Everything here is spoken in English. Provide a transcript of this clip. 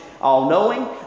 all-knowing